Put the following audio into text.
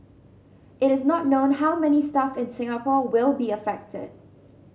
it is not known how many staff in Singapore will be affected